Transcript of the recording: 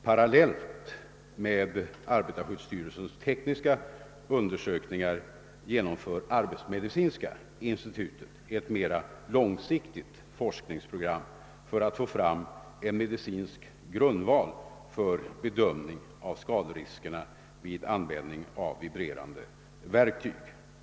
Parallellt med arbetarskyddsstyrelsens tekniska undersökningar genomför arbetsmedicinska institutet ett mera långsiktigt forskningsprogram för att få fram en medicinsk grundval för bedömning av skaderiskerna vid användning av vibrerande verktyg.